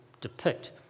depict